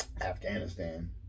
Afghanistan